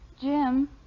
Jim